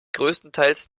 größtenteils